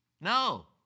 No